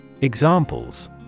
Examples